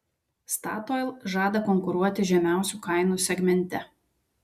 statoil žada konkuruoti žemiausių kainų segmente